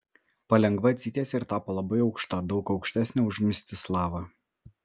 palengva atsitiesė ir tapo labai aukšta daug aukštesnė už mstislavą